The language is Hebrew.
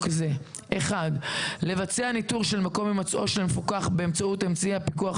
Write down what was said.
זה: (1)לבצע ניטור של מקום הימצאו של מפוקח באמצעות אמצעי הפיקוח